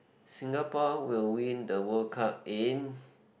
Singapore will win the World Cup in